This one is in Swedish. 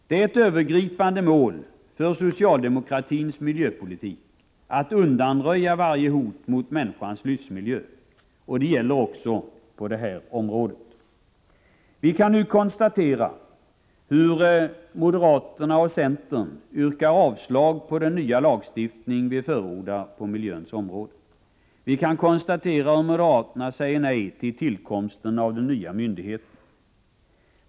Det är ett övergripande mål för socialdemokratins miljöpolitik att undanröja varje hot mot människans livsmiljö. Det gäller också på detta område. Vi kan nu konstatera att moderaterna och centern yrkar avslag på den nya lagstiftning som vi förordar på miljöns område. Vi kan konstatera att moderaterna säger nej till tillkomsten av den nya myndigheten.